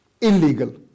illegal